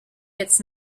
its